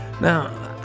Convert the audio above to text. Now